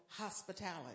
hospitality